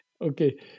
okay